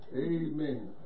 amen